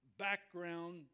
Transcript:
background